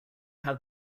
have